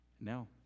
Now